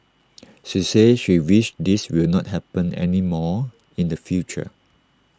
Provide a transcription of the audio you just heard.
she said she wished this will not happen anymore in the future